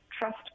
trust